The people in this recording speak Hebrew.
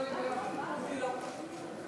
ההסתייגות של חברת הכנסת יעל גרמן לסעיף 8 לא נתקבלה.